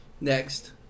Next